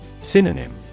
Synonym